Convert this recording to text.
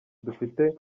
dufite